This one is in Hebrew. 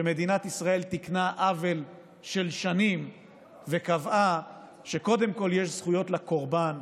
שמדינת ישראל תיקנה עוול של שנים וקבעה שקודם כול יש זכויות לקורבן,